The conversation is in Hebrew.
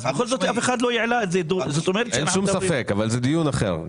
בכל זאת אף אחד לא העלה את זה --- אין שום ספק אבל זה דיון אחר.